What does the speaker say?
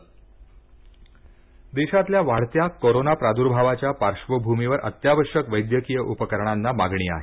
उपकरण आयात् देशातल्या वाढत्या कोरोना प्रादुर्भावाच्या पार्बभूमीवर अत्यावश्यक वैद्यकीय उपकरणांना मागणी आहे